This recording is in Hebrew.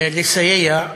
לסייע,